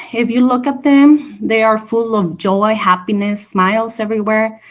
if you look at them, they are full of joy, happiness, smiles everywhere.